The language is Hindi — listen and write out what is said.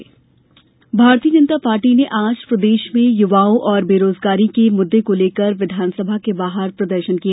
भाजपा मार्च भारतीय जनता पार्टी ने आज प्रदेश में युवाओं और बेरोजगारी के मुद्दे को लेकर विधानसभा के बाहर प्रदर्शन किया